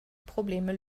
probleme